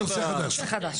נושא חדש.